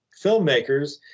filmmakers